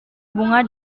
bunga